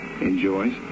Enjoys